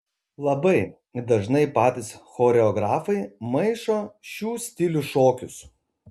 labai dažnai patys choreografai maišo šių stilių šokius